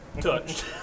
touched